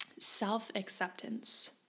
self-acceptance